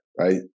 right